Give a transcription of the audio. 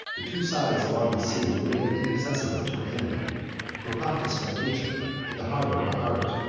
the two sides along the sea were made inaccessible to an enemy the propontis by nature, and the harbor by art.